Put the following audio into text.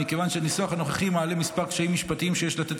מכיוון שהניסוח הנוכחי מעלה כמה קשיים משפטיים שיש לתת